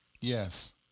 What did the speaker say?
Yes